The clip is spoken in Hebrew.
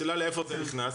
השאלה לאיפה זה נכנס.